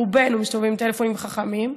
רובנו מסתובבים עם טלפונים חכמים,